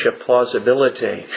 plausibility